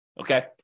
okay